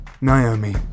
Naomi